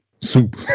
soup